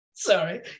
Sorry